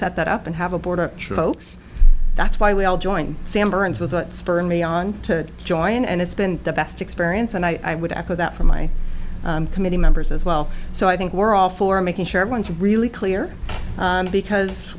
set that up and have a border that's why we all join sam burns was a spur me on to join and it's been the best experience and i would echo that for my committee members as well so i think we're all for making sure everyone's really clear because